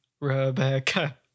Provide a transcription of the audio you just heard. Rebecca